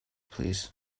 plîs